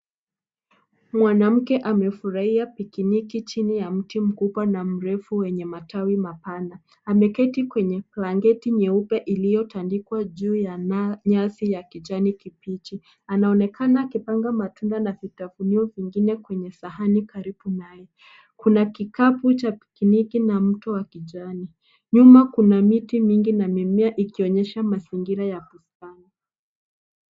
Mwanamke amefurahia picnic chini ya mti mkubwa na mrefu wenye matawi mapana. Ameketi kwenye blanketi nyeupe iliyotandikwa juu ya nyasi ya kijani kibichi. Anaonekana akipanga matunda na vitafunio vingine kwenye sahani karibu naye. Kuna kikapu cha picnic na mto wa kijani. Nyuma kuna miti mingi na mimea ikionyesha mazingira ya bustani.